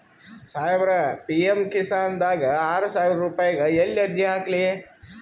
ಸಾಹೇಬರ, ಪಿ.ಎಮ್ ಕಿಸಾನ್ ದಾಗ ಆರಸಾವಿರ ರುಪಾಯಿಗ ಎಲ್ಲಿ ಅರ್ಜಿ ಹಾಕ್ಲಿ?